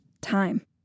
time